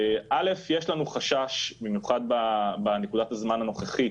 א', יש לנו חשש במיוחד בנקודת הזמן הנוכחית